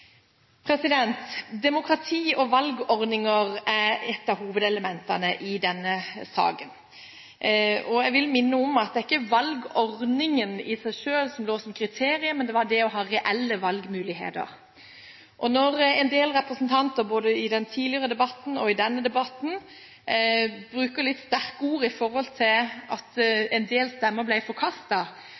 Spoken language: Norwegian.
Demokrati og valgordninger er et av hovedelementene i denne saken. Jeg vil minne om at det var ikke valgordningen i seg selv som lå som kriterium, men det var det å ha reelle valgmuligheter. Når en del representanter, både i den tidligere debatten og i denne debatten, bruker litt sterke ord om at en del stemmer